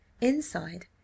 Inside